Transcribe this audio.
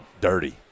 Dirty